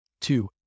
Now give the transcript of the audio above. Two